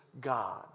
God